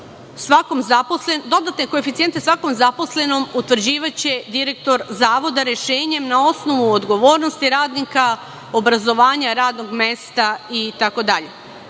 koeficijente svakom zaposlenom utvrđivaće direktor Zavoda, rešenjem na osnovu odgovornosti radnika, obrazovanja, radnog mesta itd.